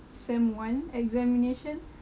sem one examination